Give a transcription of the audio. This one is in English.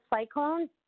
cyclone